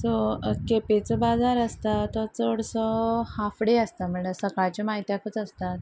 so केपेचो बाजार आसता तो चडसो हाफडे आसता म्हणल्यार सकाळच्या मायत्याकच आसतात